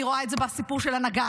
אני ראה את זה בסיפור של הנגד,